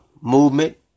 movement